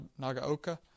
Nagaoka